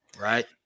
right